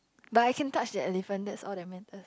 but I can touch that elephant that's all that matters